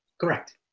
Correct